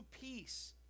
peace